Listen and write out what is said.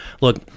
look